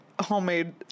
homemade